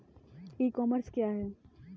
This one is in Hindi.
ई कॉमर्स क्या है?